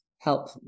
help